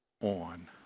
on